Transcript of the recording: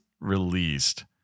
released